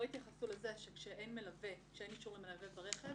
לא התייחסו לזה שכשאין אישור למלווה ברכב,